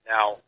Now